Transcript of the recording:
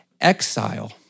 exile